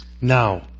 Now